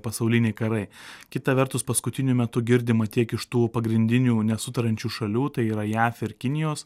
pasauliniai karai kita vertus paskutiniu metu girdima tiek iš tų pagrindinių nesutariančių šalių tai yra jav ir kinijos